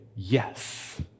Yes